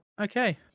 okay